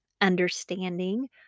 understanding